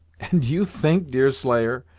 and you think, deerslayer,